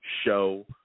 show